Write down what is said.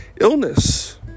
illness